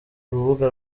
rubuga